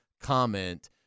comment